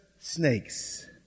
snakes